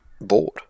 board